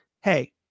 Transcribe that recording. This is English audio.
hey